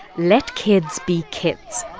let kids be kids